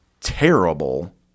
terrible